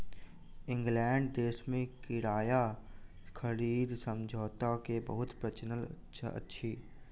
England देश में किराया खरीद समझौता के बहुत प्रचलन अछि